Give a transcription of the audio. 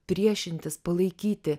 priešintis palaikyti